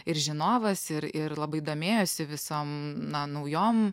ir žinovas ir ir labai domėjosi visom na naujom